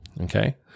okay